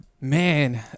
Man